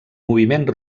moviment